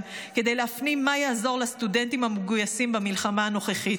כדי להפנים מה יעזור לסטודנטים המגויסים במלחמה הנוכחית.